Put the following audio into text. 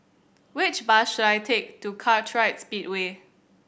which bus should I take to Kartright Speedway